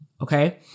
Okay